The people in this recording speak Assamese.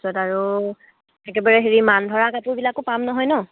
তাৰ পিছত আৰু একেবাৰে হেৰি মান ধৰা কাপোৰবিলাকো পাম নহয় ন